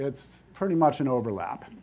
it's pretty much an overlap.